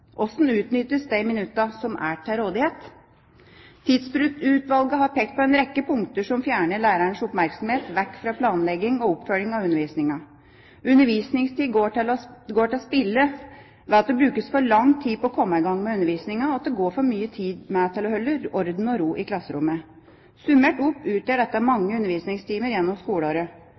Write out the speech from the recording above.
utnyttes de minuttene som er til rådighet? Tidsbrukutvalget har pekt på en rekke punkter som fjerner lærerens oppmerksomhet fra planlegging og oppfølging av undervisning. Undervisningstid går til spille ved at det brukes for lang tid på å komme i gang med undervisningen og for mye tid til å holde orden og ro i klasserommet. Summert opp utgjør dette mange undervisningstimer gjennom skoleåret.